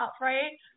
right